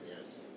Yes